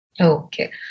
Okay